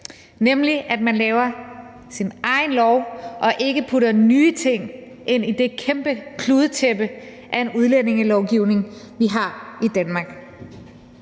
nemlig at man laver sin egen lov og ikke putter nye ting ind i det kæmpe kludetæppe af en udlændingelovgivning, vi har i Danmark.